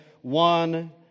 one